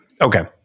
Okay